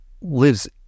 lives